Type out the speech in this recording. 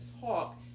talk